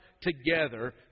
together